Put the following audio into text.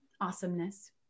awesomeness